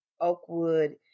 oakwood